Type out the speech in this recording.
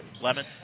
Lemon